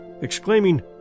exclaiming